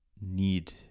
need